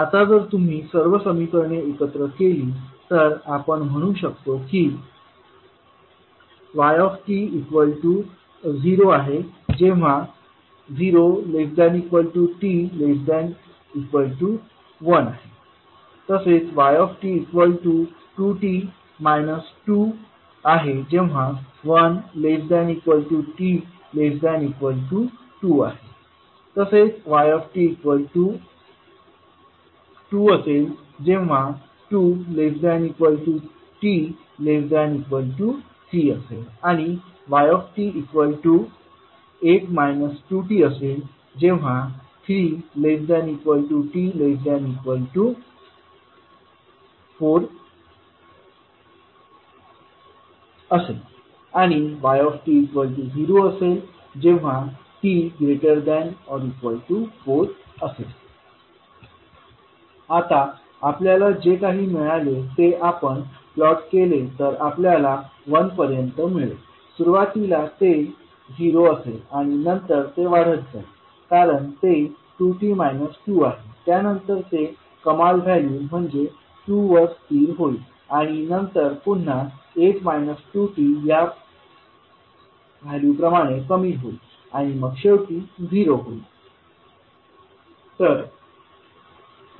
आता जर तुम्ही सर्व समीकरणे एकत्र केली तर आपण असे म्हणू शकतो की yt00≤t≤1 2t 21≤t≤2 22≤t≤3 8 2t 3≤t≤4 0t≥4 असेल आता आपल्याला जे काही मिळेल ते आपण प्लॉट केले तर आपल्याला 1 पर्यंत मिळेल सुरुवातीला ते 0 असेल आणि नंतर ते वाढत जाईल कारण ते 2 t 2 आहे त्यानंतर ते कमाल व्हॅल्यू म्हणजे 2 वर स्थिर होईल आणि नंतर पुन्हा 8 2t या व्हॅल्यू प्रमाणे कमी होईल आणि मग शेवटी 0 होईल